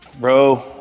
Bro